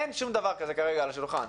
אין שום דבר כזה כרגע על השולחן.